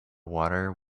water